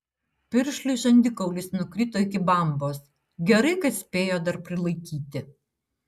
piršliui žandikaulis nukrito iki bambos gerai kad spėjo dar prilaikyti